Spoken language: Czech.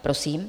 Prosím.